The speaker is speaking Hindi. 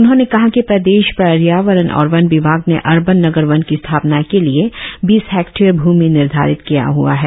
उन्होंने कहा कि प्रदेश पर्यावरण और वन विभाग ने अर्बन नगर वन की स्थापना के लिए बीस हैक्टेयर भूमि निर्धारित किया हआ है